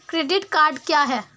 Credit card क्या है?